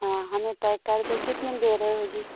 हाँ हमें तय कर दो कितने में दे रहे हो जी